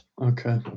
Okay